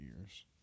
years